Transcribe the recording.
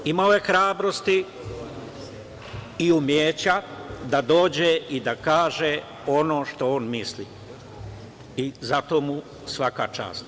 Imao je hrabrosti i umeća da dođe i da kaže ono što on misli i za to mu svaka čast.